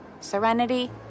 Serenity